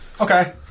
Okay